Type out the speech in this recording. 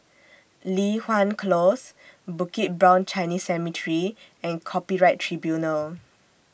Li Hwan Close Bukit Brown Chinese Cemetery and Copyright Tribunal